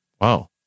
Wow